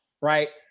right